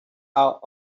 out